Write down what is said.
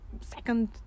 second